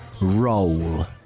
Roll